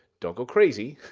don't go crazy,